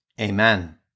Amen